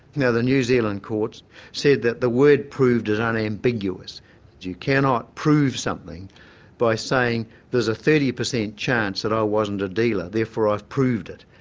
now the new zealand courts said that the word proved is unambiguous, that you cannot prove something by saying there's a thirty percent chance that i wasn't a dealer, therefore i've proved it.